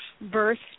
Birth